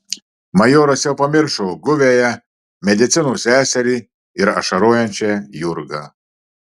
majoras jau pamiršo guviąją medicinos seserį ir ašarojančią jurgą